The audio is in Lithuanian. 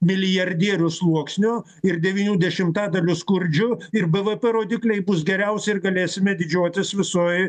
milijardierių sluoksnio ir devynių dešimtadalių skurdžių ir bvp rodikliai bus geriausi ir galėsime didžiuotis visoj